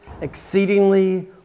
exceedingly